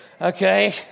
Okay